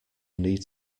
need